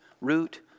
root